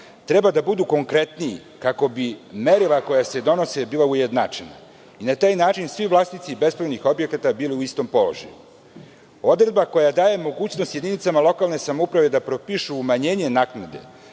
trebali da budu konkretniji kako bi merila koja se donose bila ujednačena i na taj način svi vlasnici bespravnih objekata bili u istom položaju. Odredba koja daje mogućnost jedinicama lokalne samouprave da propišu umanjenje naknade